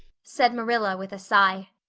said marilla, with a sigh.